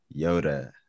Yoda